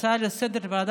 ההצעה לסדר-היום,